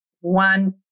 one